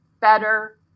better